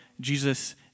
Jesus